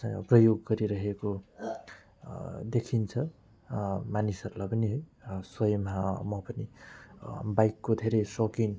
प्रयोग गरिरहेको देखिन्छ मानिसहरूलाई पनि स्वयम् म पनि बाइकको धेरै सौकिन